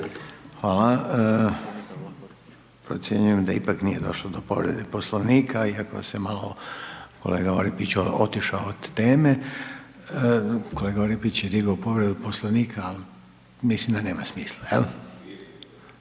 Hvala. Procjenjujem da ipak nije došlo do povrede Poslovnika iako se malo, kolega Orepić je otišao od teme. Kolega Orepić je digao povredu Poslovnika ali mislim da nema smisla.